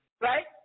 right